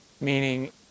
meaning